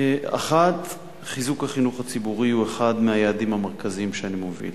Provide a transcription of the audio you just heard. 1. חיזוק החינוך הציבורי הוא אחד היעדים המרכזיים שאני מוביל.